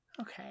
Okay